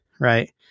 Right